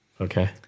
Okay